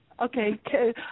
Okay